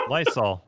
Lysol